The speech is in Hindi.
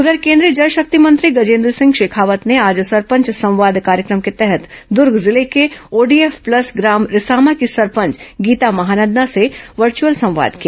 उघर केंद्रीय जलशक्ति मंत्री गजेन्द्र सिंह शेखावत ने आज सरपंच संवाद कार्यक्रम के तहत दूर्ग जिले के ओडीएफ प्लस ग्राम रिसामा की सरपंच गीता महानंदा से वर्चअल संवाद किया